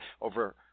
over